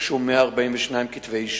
והוגשו 142 כתבי אישום,